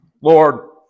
Lord